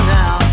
now